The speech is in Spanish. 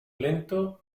lento